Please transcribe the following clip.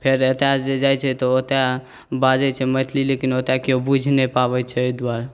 फेर एतयसँ जे जाइत छै तऽ ओतय बाजैत छै मैथिली लेकिन ओतय किओ बुझि नहि पाबैत छै एहि दुआरे